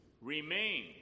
remain